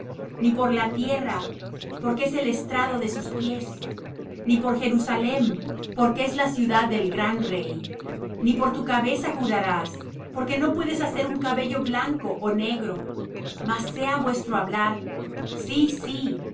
ni por la tierra porque es el estrado de sus pies ni por jerusalem porque es la ciudad del gran rey ni por tu cabeza jurarás porque no puedes hacer un cabello blanco ó negro mas sea vuestro hablar sí sí